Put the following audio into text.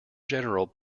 general